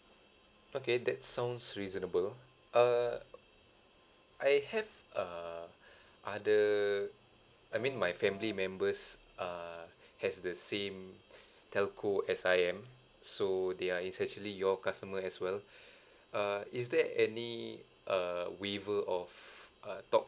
okay that sounds reasonable uh I have err other I mean my family members err has the same telco as I am so they are is actually your customer as well uh is there any uh waiver of uh talk